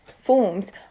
forms